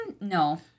No